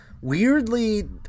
Weirdly